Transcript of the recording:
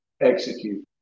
execute